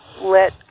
let